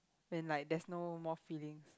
when like there's no more feeling